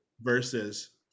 Versus